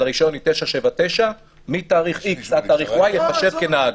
הרישיון היא 979 מתאריך X ועד תאריך Y ייחשב כנהג.